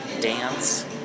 dance